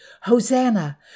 Hosanna